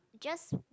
just